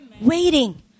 waiting